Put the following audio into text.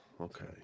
okay